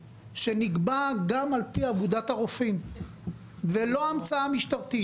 שנקבעו גם על פי אגודת הרופאים ולא המצאה משטרתית.